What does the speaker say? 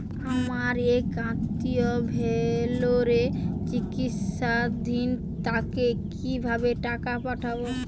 আমার এক আত্মীয় ভেলোরে চিকিৎসাধীন তাকে কি ভাবে টাকা পাঠাবো?